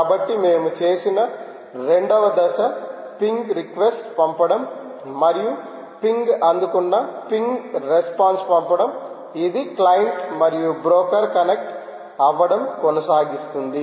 కాబట్టి మేము చేసిన రెండవ దశ పింగ్ రిక్వెస్ట్ పంపడం మరియు పింగ్ అందుకున్న పింగ్ రెస్పాన్స్ పంపడం ఇది క్లయింట్ మరియు బ్రోకర్ కనెక్ట్ అవ్వడం కొనసాగిస్తుంది